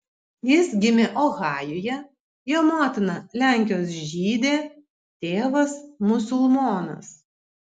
jis gimė ohajuje jo motina lenkijos žydė tėvas musulmonas